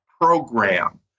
program